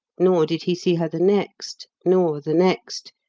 nor did he see her the next, nor the next,